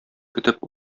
көтеп